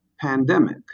pandemic